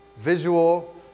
visual